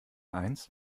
eins